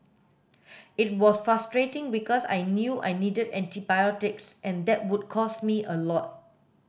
it was frustrating because I knew I needed antibiotics and that would cost me a lot